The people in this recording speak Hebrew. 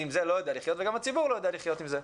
אם זה אני לא יודע לחיות וגם הציבור לא יודע לחיות עם זה.